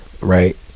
right